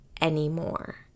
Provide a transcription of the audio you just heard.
anymore